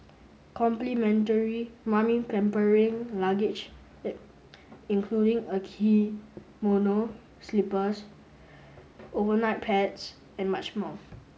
complimentary 'mummy pampering luggage' in including a kimono slippers overnight pads and much more